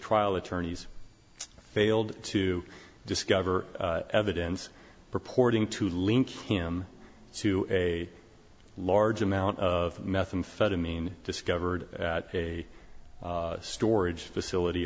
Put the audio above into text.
trial attorneys failed to discover evidence purporting to link him to a large amount of methamphetamine discovered at a storage facility